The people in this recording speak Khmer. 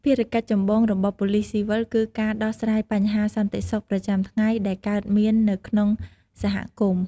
ភារកិច្ចចម្បងរបស់ប៉ូលិសស៊ីវិលគឺការដោះស្រាយបញ្ហាសន្តិសុខប្រចាំថ្ងៃដែលកើតមាននៅក្នុងសហគមន៍។